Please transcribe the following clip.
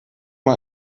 mal